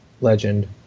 legend